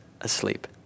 asleep